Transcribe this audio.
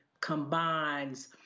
combines